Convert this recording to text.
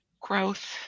growth